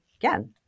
again